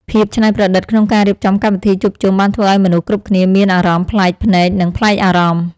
ភាពច្នៃប្រឌិតក្នុងការរៀបចំកម្មវិធីជួបជុំបានធ្វើឱ្យមនុស្សគ្រប់គ្នាមានអារម្មណ៍ប្លែកភ្នែកនិងប្លែកអារម្មណ៍។